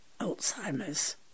Alzheimer's